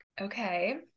okay